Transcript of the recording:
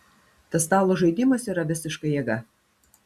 tas stalo žaidimas yra visiška jėga